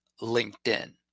LinkedIn